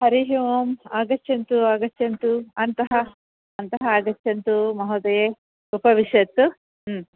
हरिः ओम् आगच्छन्तु आगच्छन्तु अन्तः अन्तः आगच्छन्तु महोदये उपविशतु